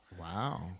Wow